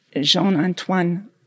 Jean-Antoine